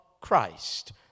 Christ